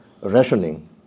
rationing